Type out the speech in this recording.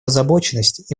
озабоченность